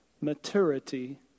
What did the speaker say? maturity